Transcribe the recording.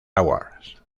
awards